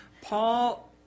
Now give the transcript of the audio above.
Paul